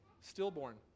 stillborn